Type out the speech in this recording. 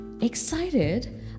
Excited